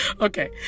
Okay